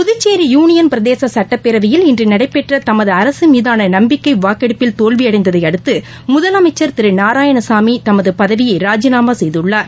Puducherry union பிரதேசசட்டப்பேரவையில் இன்றுநடைபெற்றதமதுஅரசுமீதானநம்பிக்கைவாக்கெடுப்பில் தோல்வியடைந்ததைஅடுத்து முதலமைச்சர் திருநாராயணசாமிதமதுபதவியைராஜிநாமாசெய்துள்ளார்